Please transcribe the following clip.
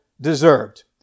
deserved